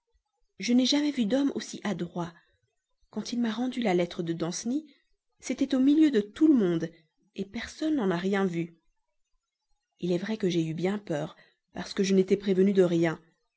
je n'ai jamais vu d'homme aussi adroit quand il m'a rendu la lettre de danceny c'était au milieu de tout le monde personne n'en a rien vu il est vrai que j'ai eu bien peur parce que je n'étais prévenue de rien